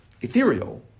ethereal